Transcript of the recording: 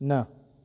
न